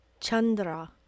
Chandra